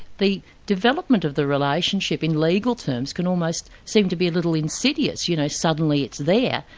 the development of the relationship in legal terms can almost seem to be a little insidious you know, suddenly it's there,